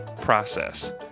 process